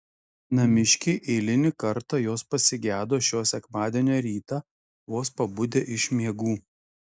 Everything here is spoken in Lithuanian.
namiškiai eilinį kartą jos pasigedo šio sekmadienio rytą vos pabudę iš miegų